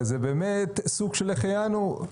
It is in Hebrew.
וזה באמת סוג של שהחיינו.